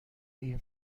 این